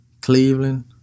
Cleveland